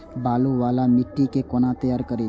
बालू वाला मिट्टी के कोना तैयार करी?